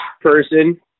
person